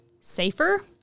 safer